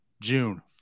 June